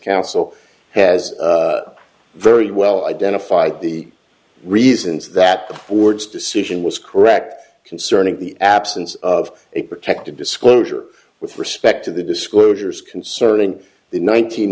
counsel has very well identified the reasons that the board's decision was correct concerning the absence of a protected disclosure with respect to the disclosures concerning the